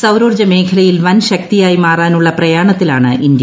സൌരോർജ്ജ മേഖലയിൽ വൻ ശക്തിയായി മാറാനുള്ള പ്രയാണത്തിലാണ് ഇന്ത്യ